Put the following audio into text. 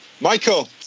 Michael